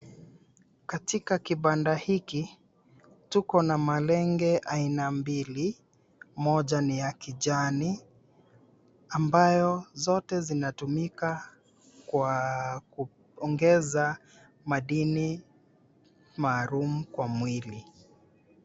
Katika kibanda hiki, tukona malenge aina mbili, moja ni ya kijani ambayo zote zinatumika kwa kuongeza madini maalum kwa mwili.